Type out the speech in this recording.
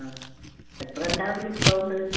ആ എത്ര ഉണ്ടാകും ഡിസ്കൗണ്ട്